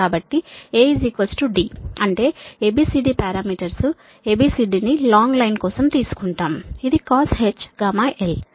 కాబట్టి A D అంటే A B C D parameters ని లాంగ్ లైన్ కోసం తీసుకుంటాం ఇదిcosh γl